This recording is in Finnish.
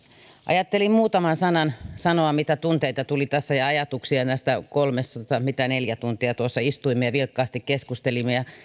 ajattelin muutaman sanan sanoa mitä tunteita ja ajatuksia tuli tässä näistä kolmesta tai mitä neljä tuntia tuossa istuimme ja vilkkaasti keskustelimme